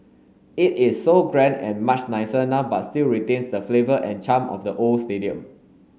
it is so grand and much nicer now but still retains the flavour and charm of the old stadium